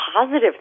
positive